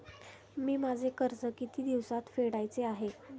मी माझे कर्ज किती दिवसांत फेडायचे आहे?